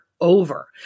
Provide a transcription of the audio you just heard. over